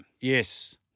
Yes